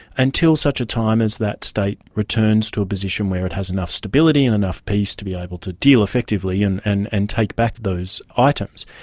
until such a time as that state returns to a position where it has enough stability and enough peace to be able to deal effectively and and and take back those items.